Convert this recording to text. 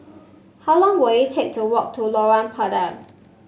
how long will it take to walk to Lorong Pendek